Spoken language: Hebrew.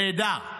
נהדר.